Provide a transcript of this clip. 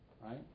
right